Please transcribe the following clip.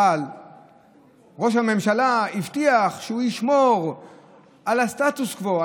ראש הממשלה הבטיח שהוא ישמור על הסטטוס קוו,